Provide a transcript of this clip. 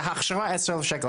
זה הכשרה 10 אלף שקל.